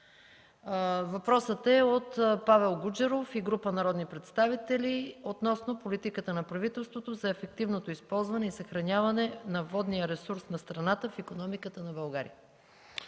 Въпросът е от Павел Гуджеров и група народни представители относно политиката на правителството за ефективното използване и съхраняване на водния ресурс на страната в икономиката на България.